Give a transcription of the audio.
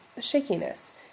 shakiness